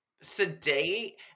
sedate